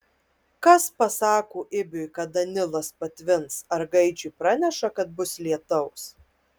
kas pasako ibiui kada nilas patvins ar gaidžiui praneša kad bus lietaus